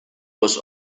was